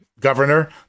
governor